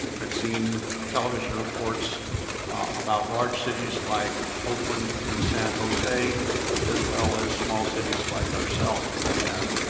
i've seen television reports about large cities like oakland and san jose as well as small cities like ourselves that have